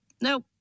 nope